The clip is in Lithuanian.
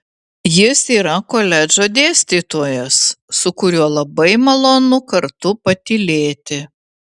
jis yra koledžo dėstytojas su kuriuo labai malonu kartu patylėti